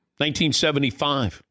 1975